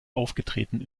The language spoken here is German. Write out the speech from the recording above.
aufgetreten